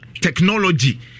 technology